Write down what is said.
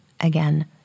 Again